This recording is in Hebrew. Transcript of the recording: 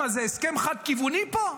מה זה, הסכם חד-כיווני פה?